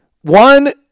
one